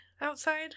outside